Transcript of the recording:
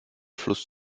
fluss